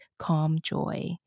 calmjoy